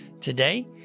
today